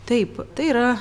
taip tai yra